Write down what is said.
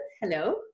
Hello